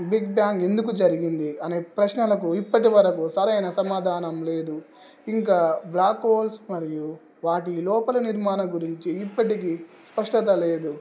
big bang ఎందుకు జరిగింది అనే ప్రశ్నలకు ఇప్పటివరకు సరైన సమాధానం లేదు ఇంకా బ్లాక్ హోల్స్ మరియు వాటి లోపల నిర్మాణం గురించి ఇప్పటికీ స్పష్టత లేదు